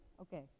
Okay